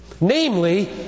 namely